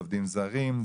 עובדים זרים,